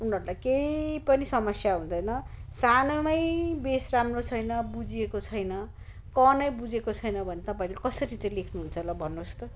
उनीहरूलाई केही पनि समस्या हुँदैन सानोमै बेस राम्रो छैन बुझिएको छैन क नै बुझेको छैन भने तपाईँहरूले कसरी चाहिँ लेख्नुहुन्छ ल भन्नुहोस् त